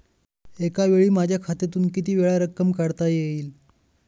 एकावेळी माझ्या खात्यातून कितीवेळा रक्कम काढता येईल?